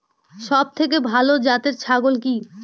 সবথেকে ভালো জাতের ছাগল কি?